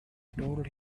told